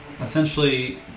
essentially